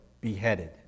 beheaded